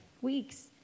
weeks